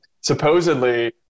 supposedly